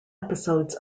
episodes